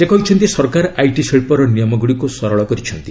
ସେ କହିଛନ୍ତି ସରକାର ଆଇଟି ଶିଳ୍ପର ନିୟମଗୁଡ଼ିକୁ ସରଳ କରିଛନ୍ତି